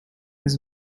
his